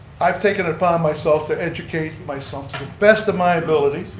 i've taken it upon myself to educate myself to the best of my ability,